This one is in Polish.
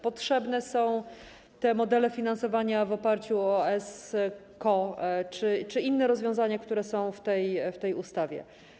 Potrzebne są te modele finansowania w oparciu o ESCO czy inne rozwiązania, które są w tej ustawie.